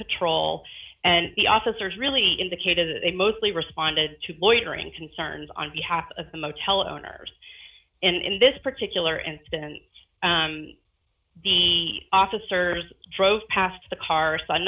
patrol and the officers really indicated they mostly responded to loitering concerns on behalf of the motel owners in this particular instance the officers drove past the car son